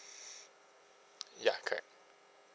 ya correct